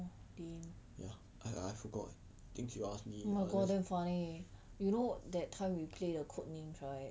ya I I I forgot think you ask me